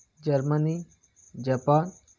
Germany Japan